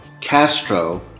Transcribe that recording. Castro